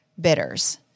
bitters